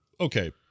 okay